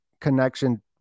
connection